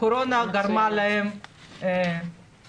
הקורונה גרמה להם לתוספת.